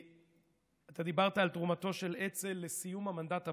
אתה דיברת על תרומתו של אצ"ל לסיום המנדט הבריטי,